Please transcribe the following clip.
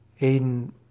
Aiden